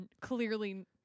clearly